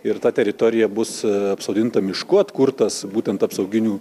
ir ta teritorija bus apsodinta mišku atkurtas būtent apsauginių